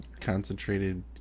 concentrated